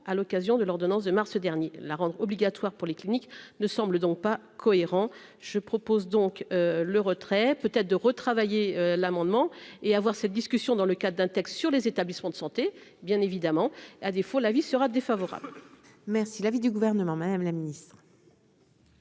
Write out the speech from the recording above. à l'occasion de l'ordonnance de mars dernier, la rendre obligatoire pour les cliniques ne semble donc pas cohérent, je propose donc le retrait peut-être de retravailler l'amendement et avoir cette discussion dans le cadre d'un texte sur les établissements de santé, bien évidemment, à défaut l'avis sera défavorable. Merci l'avis du gouvernement, Madame la Ministre.